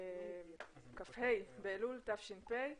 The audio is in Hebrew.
כ"ה באלול תש"ף.